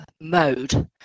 mode